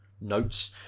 notes